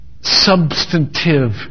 substantive